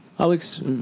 Alex